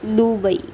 Dubai